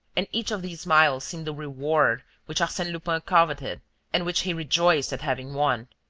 and each of these smiles seemed a reward which arsene lupin coveted and which he rejoiced at having won.